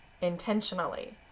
intentionally